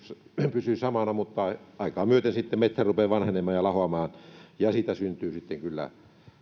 pysyy samana mutta aikaa myöten sitten metsä rupeaa vanhenemaan ja lahoamaan ja siitä syntyy kyllä